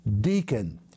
deacon